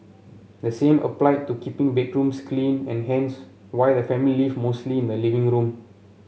the same applied to keeping bedrooms clean and hence why the family live mostly in the living room